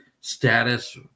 status